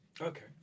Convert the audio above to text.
Okay